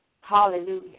Hallelujah